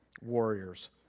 warriors